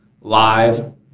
live